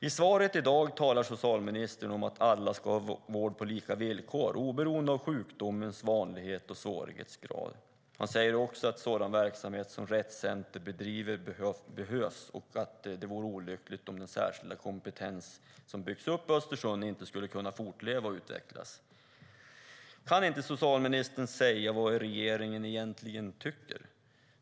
I svaret i dag talar socialministern om att alla ska ha vård på lika villkor oberoende av sjukdomens vanlighet och svårighetsgrad. Han säger också att sådan verksamhet som Rett Center bedriver behövs och att det vore olyckligt om den särskilda kompetens som byggts upp i Östersund inte skulle kunna fortleva och utvecklas. Kan inte socialministern säga vad regeringen egentligen tycker?